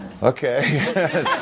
Okay